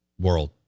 world